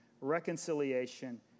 reconciliation